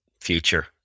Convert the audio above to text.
future